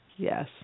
Yes